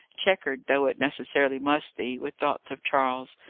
chequered, though it necessarily must be, with thoughts of charles.